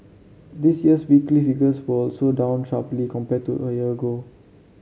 this year's weekly figures were also down sharply compared to a year ago